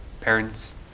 parents